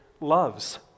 loves